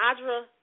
Audra